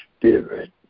spirit